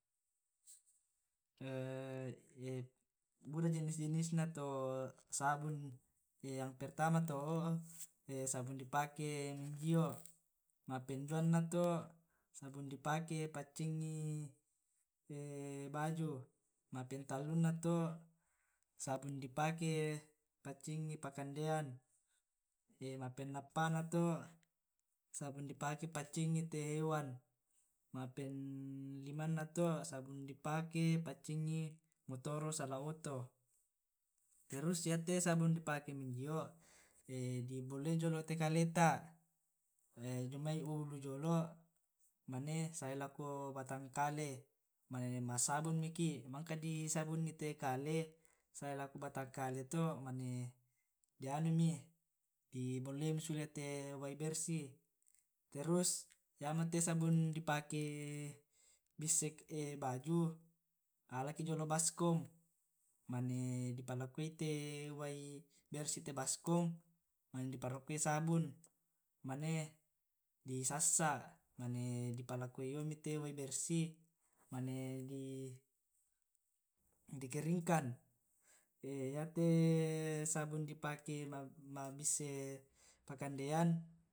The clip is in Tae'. buda jenis-jenis na to sabun yang pertam to o sabun dipake minjio ma' pengduanna to o sabun dipake paccinngi baju, ma' pengtalluna to sabun dipake paccingngi pa' kandean ma' pengappana to sabun di pake paccingngi te hewan, ma' penglimanna to sabun dipake paccingngi motoro' ola oto terus yate sabung di pake minjio di bolloi jolo' te kale ta jomai ulu jolo mane sae lako batang kale mane ma' sabung maki mangka di sabunngi te kale sae lako batang kale to mane di anumi di bolloi mi sule te wai bersih terus yamo te sabun di pake bissai baju alaki jolo baskom mane di palakoi te wai bersih te baskom mane i parokkoi sabun mane di sassa' mane di palakoi omi te wai bersih mane di keringkan, yate sabun dipake ma' bissai pa'kandean.